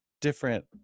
Different